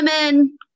women